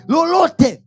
Lolote